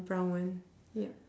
brown [one] ya